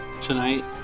tonight